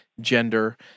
gender